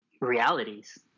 realities